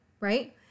right